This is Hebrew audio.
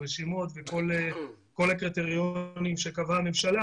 הרשימות וכל הקריטריונים שקבעה הממשלה